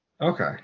Okay